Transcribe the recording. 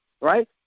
right